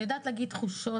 אני יודעת להגיד תחושות.